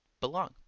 belong